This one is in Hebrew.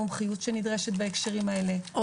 המומחיות שנדרשת בהקשרים האלה,